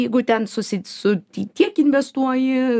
jeigu ten susi su ti tiek investuoji